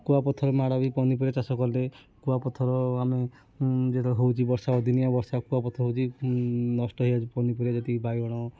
କୁଆପଥର ମାଡ଼ ବି ପନିପରିବା ଚାଷ କଲେ କୁଆପଥର ଆମେ ଯେତେବେଳେ ହେଉଛି ବର୍ଷା ଦିନିଆ ବର୍ଷା କୁଆପଥର ହେଉଛି ନଷ୍ଟ ହୋଇଯାଉଛି ପନିପରିବା ଯେତିକି ବାଇଗଣ